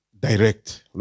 direct